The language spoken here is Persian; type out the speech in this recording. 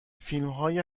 فیلمهای